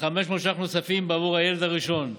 ו-500 ש"ח נוספים בעבור הילד הראשון,